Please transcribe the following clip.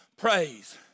praise